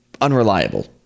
unreliable